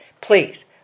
please